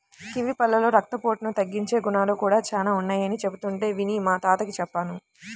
kiwi పళ్ళలో రక్తపోటును తగ్గించే గుణాలు కూడా చానా ఉన్నయ్యని చెబుతుంటే విని మా తాతకి చెప్పాను